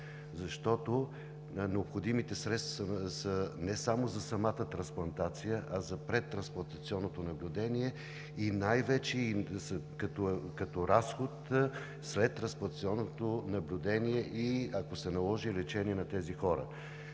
защото необходимите средства са не само за самата трансплантация, а за предтрансплантационното наблюдение и най-вече и като разход след трансплантационното наблюдение, и ако се наложи, лечение на тези хора.